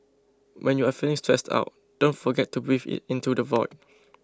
when you are feeling stressed out don't forget to breathe it into the void